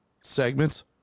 segments